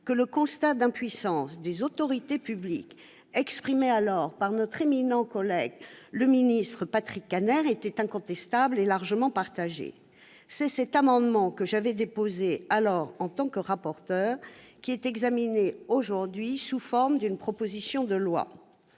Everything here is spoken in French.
que le constat d'impuissance des autorités publiques, alors exprimé par notre éminent collègue le ministre Patrick Kanner, était incontestable et largement partagé. C'est cet amendement, déposé par mes soins en qualité de rapporteur, qui est examiné aujourd'hui sous la forme d'une proposition de loi.